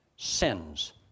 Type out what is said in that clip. sins